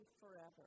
forever